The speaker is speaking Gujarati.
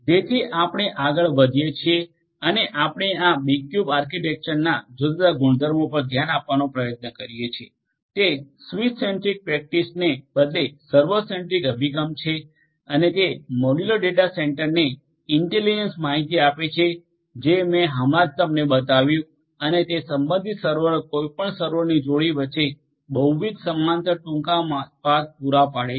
જેથી આપણે આગળ વધીએ છીએ અને આપણે બીક્યુબ આર્કિટેક્ચરની જુદાજુદા ગુણધર્મો પર ધ્યાન આપવાનો પ્રયત્ન કરીએ છીએ તે સ્વીચ સેન્ટ્રીક પ્રેક્ટિસને બદલે સર્વર સેન્ટ્રીક અભિગમ છે અને તે મોડયુલર ડેટા સેન્ટરને ઇન્ટેલિજન્સ માહિતી આપે છે જે મેં હમણાં જ તમને બતાવ્યું અને તે સંબંધિત સર્વરો કોઈપણ સર્વરોની જોડી વચ્ચે બહુવિધ સમાંતર ટૂંકા પાથ પૂરા પાડે છે